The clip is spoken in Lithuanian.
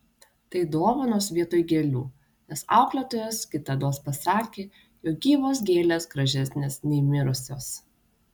tai dovanos vietoj gėlių nes auklėtojas kitados pasakė jog gyvos gėlės gražesnės nei mirusios